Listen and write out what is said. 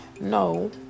No